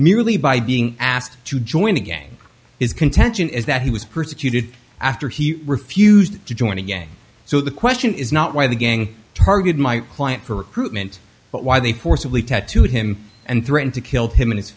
merely by being asked to join the gang his contention is that he was persecuted after he refused to join a gang so the question is not why the gang targeted my client for recruitment but why they forcibly tattooed him and threatened to kill him and his